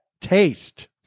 taste